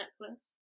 necklace